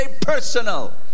personal